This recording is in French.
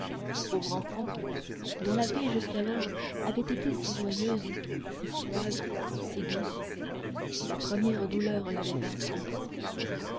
pauvre enfant dont la vie jusqu'alors avait été si joyeuse si suave si douce la première douleur l'avait vaincue